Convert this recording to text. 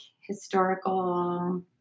historical